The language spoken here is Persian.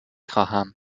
خواهم